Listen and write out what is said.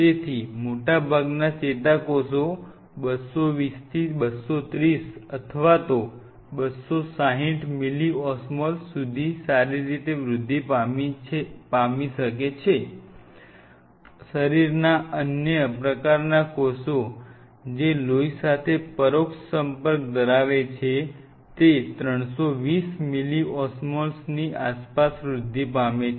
તેથી મોટાભાગના ચેતાકોષો 220 થી 230 અથવા તો 260 milliosmoles સુધી સારી રીતે વૃદ્ધિ પામે છે શરીરના અન્ય પ્રકારના કોષો જે લોહી સાથે પરોક્ષ સંપર્ક ધરાવે છે તે 320 milliosmolesની આસપાસ વૃદ્ધિ પામે છે